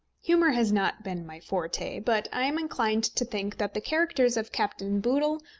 humour has not been my forte, but i am inclined to think that the characters of captain boodle,